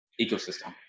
Ecosystem